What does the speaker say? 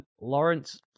Lawrence